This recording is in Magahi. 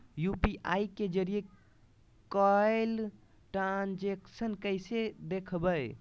यू.पी.आई के जरिए कैल ट्रांजेक्शन कैसे देखबै?